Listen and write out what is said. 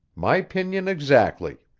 my opinion exactly.